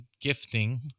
gifting